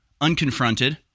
unconfronted